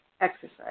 exercise